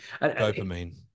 Dopamine